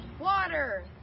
Water